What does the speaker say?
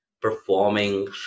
performing